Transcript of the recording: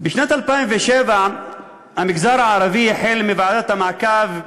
בשנת 2007 המגזר הערבי, החל בוועדת המעקב,